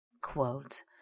Quote